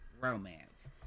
romance